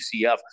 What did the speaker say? UCF